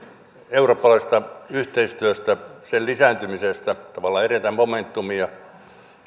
eurooppalaisesta yhteistyöstä sen lisääntymisestä tavallaan eletään momentumia